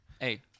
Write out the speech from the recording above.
Hey